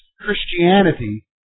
Christianity